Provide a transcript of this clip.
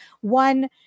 one